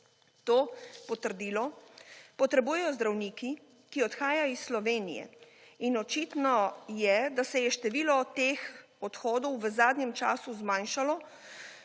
To potrdilo potrebujejo zdravniki, ki odhajajo iz Slovenije in očitno je, da se je število teh odhodov v zadnjem času zmanjšalo,